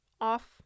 Off